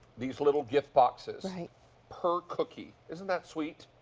these little gift boxes per cookie. isn't that sweet?